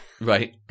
Right